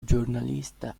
giornalista